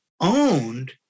Owned